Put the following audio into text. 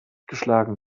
geschlagen